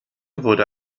wurde